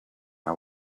are